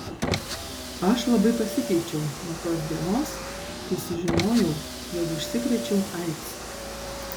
aš labai pasikeičiau nuo tos dienos kai sužinojau jog užsikrėčiau aids